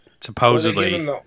supposedly